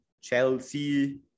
Chelsea